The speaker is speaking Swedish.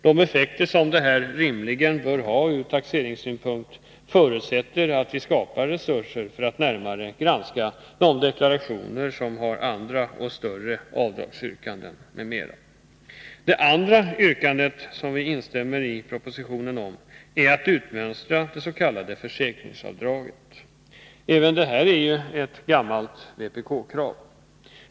De effekter som detta rimligen bör få ur taxeringssynpunkt, förutsätter att vi skapar resurser för att närmare granska de deklarationer som innehåller andra och större avdragsyrkanden m.m. Det andra yrkandet, där vi instämmer med propositionen, handlar om att utmönstra det s.k. försäkringsavdraget. Även detta är ett gammalt vpk-krav.